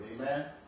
Amen